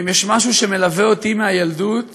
ואם יש משהו שמלווה אותי מהילדות